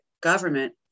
government